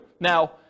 Now